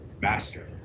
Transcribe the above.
master